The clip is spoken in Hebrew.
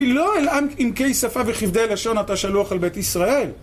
היא לא אלעמק עמקי שפה וכבדי לשון את השלוח על בית ישראל.